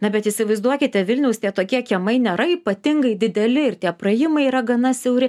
na bet įsivaizduokite vilniaus tie tokie kiemai nėra ypatingai dideli ir tie praėjimai yra gana siauri